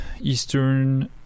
Eastern